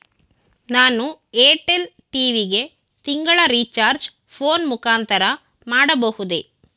ನಾನು Airtel TV ಗೆ ತಿಂಗಳ ರಿಚಾರ್ಜ್ ಫೋನ್ ಮುಖಾಂತರ ಮಾಡಬಹುದೇ?